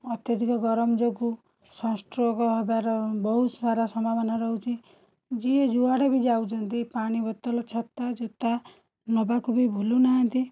ଅତ୍ୟଧିକ ଗରମ ଯୋଗୁଁ ସନଷ୍ଟ୍ରୋକ ହବାର ବହୁତ ସାରା ସମ୍ଭାବନା ରହୁଛି ଯିଏ ଯୁଆଡ଼େ ବି ଯାଉଛନ୍ତି ପାଣି ବୋତଲ ଛତା ଜୋତା ନବାକୁ ବି ଭୁଲୁ ନାହାଁନ୍ତି